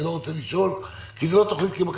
אני לא רוצה לשאול, כי זו לא תוכנית כבקשתך.